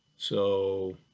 so,